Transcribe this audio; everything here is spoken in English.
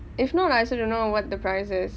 if not I also don't know what the price is